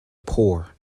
poor